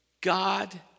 God